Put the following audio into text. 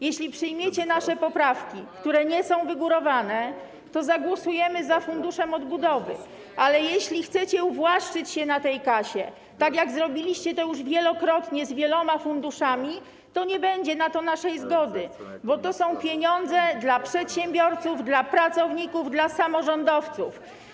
Jeśli przyjmiecie nasze poprawki, które nie są wygórowane, to zagłosujemy za Funduszem Odbudowy, ale jeśli chcecie uwłaszczyć się na tej kasie, tak jak robiliście to już wielokrotnie z wieloma funduszami, to nie będzie na to naszej zgody, bo to są pieniądze dla przedsiębiorców, dla pracowników, dla samorządowców.